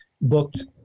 booked